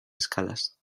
escalas